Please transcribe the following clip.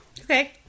Okay